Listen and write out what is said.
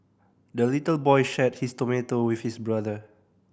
the little boy shared his tomato with his brother